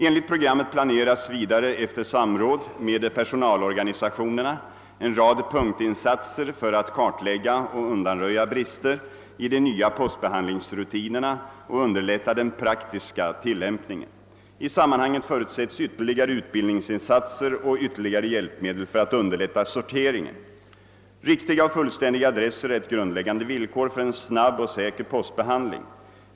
Enligt programmet planeras vidare efter samråd med personalorganisationerna en rad punktinsatser för att kartlägga och undanröja brister i de nya postbehandlingsruti nerna och underlätta den praktiska tilllämpningen. I sammanhanget förutsätts ytterligare utbildningsinsatser och ytterligare hjälpmedel för att underlätta sorteringen. : Riktiga och fullständiga adresser är ett grundläggande villkor för en snabb och säker postbehandling.